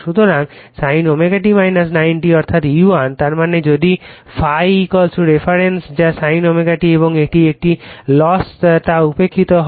সুতরাং sin ω t 90 অর্থাৎ E1 তার মানে যদি ∅ রেফারেন্স যা sin ω t এবং এটি একটি লস তা উপেক্ষিত হয়